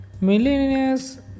millionaires